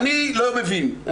אני לא מבין,